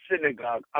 synagogue